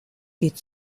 geht